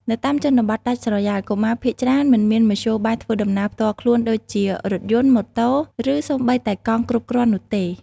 នៅតាមជនបទដាច់ស្រយាល កុមារភាគច្រើនមិនមានមធ្យោបាយធ្វើដំណើរផ្ទាល់ខ្លួនដូចជារថយន្ត ម៉ូតូ ឬសូម្បីតែកង់គ្រប់គ្រាន់នោះទេ។